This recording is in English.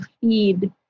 feed